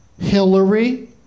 Hillary